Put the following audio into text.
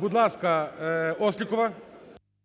будь ласка, Острікова.